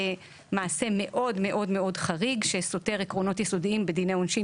זה מעשה חריג מאוד שסותר עקרונות יסודיים בדיני עונשין,